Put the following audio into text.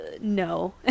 no